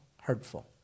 hurtful